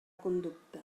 conducta